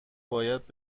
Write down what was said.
باید